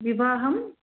विवाहम्